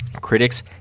Critics